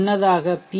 முன்னதாக பி